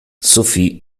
sophie